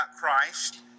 Christ